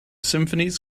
symphonies